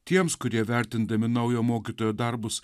tiems kurie vertindami naujo mokytojo darbus